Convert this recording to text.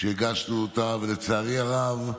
כשהגשנו אותה, ולצערי הרב,